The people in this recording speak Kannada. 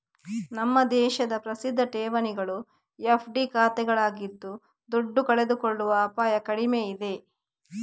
ನಮ್ಮ ದೇಶದ ಪ್ರಸಿದ್ಧ ಠೇವಣಿಗಳು ಎಫ್.ಡಿ ಖಾತೆಗಳಾಗಿದ್ದು ದುಡ್ಡು ಕಳೆದುಕೊಳ್ಳುವ ಅಪಾಯ ಕಡಿಮೆ ಇದೆ